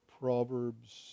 Proverbs